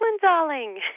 darling